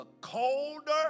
colder